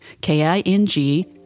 K-I-N-G